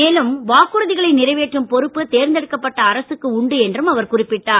மேலும் வாக்குறுதிகளை நிறைவேற்றும் பொறுப்பு தேர்ந்தெடுக்கப்பட்ட அரசுக்கு உண்டு என்றும் அவர் குறிப்பிட்டார்